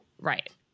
Right